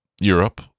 europe